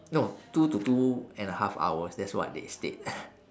no two to two and a half hours that's what they state